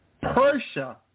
Persia